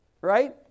Right